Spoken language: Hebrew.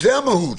זאת המהות.